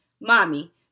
mommy